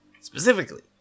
specifically